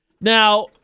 Now